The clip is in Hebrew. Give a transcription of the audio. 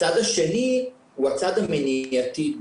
הצד השני הוא הצד המניעתי.